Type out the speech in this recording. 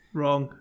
wrong